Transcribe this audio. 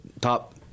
top